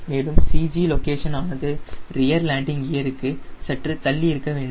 மேலும் CG location ஆனது rear landing கியருக்கு சற்று தள்ளி இருக்க வேண்டும்